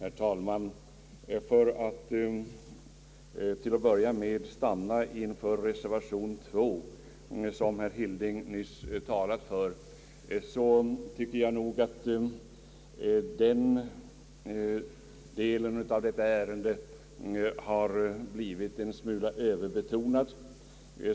Herr talman! För att till att börja med stanna inför reservation nr 2, som herr Hilding nyss talade för, tycker jag nog att den delen av detta ärende har blivit en smula överbetonad.